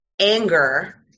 anger